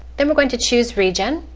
then we're going to choose region